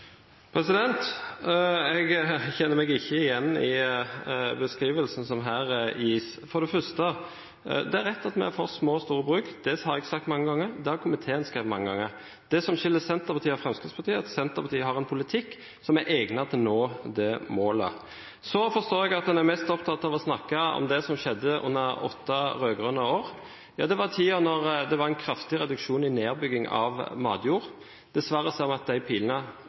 Jeg kjenner meg ikke igjen i beskrivelsen som her gis. For det første: Det er rett at vi er for å sikre et jordbruk med små og store bruk. Det har jeg sagt mange ganger, og det har komiteen skrevet mange ganger. Det som skiller Senterpartiet og Fremskrittspartiet, er at Senterpartiet har en politikk som er egnet til å nå det målet. Så forstår jeg at man er mest opptatt av å snakke om det som skjedde under de åtte rød-grønne årene. Det var en tid da det var en kraftig reduksjon i nedbyggingen av matjord. Dessverre snur de pilene